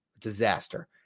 disaster